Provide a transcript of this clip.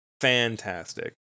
Fantastic